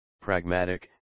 pragmatic